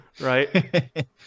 right